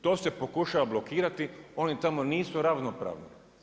To se pokušalo blokirati, oni tamo nisu ravnopravni.